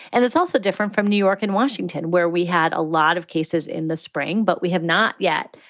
and it's also different from new york and washington, where we had a lot of cases in the spring. but we have not yet.